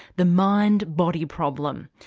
the mind-body problem.